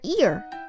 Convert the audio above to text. ear